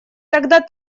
тогда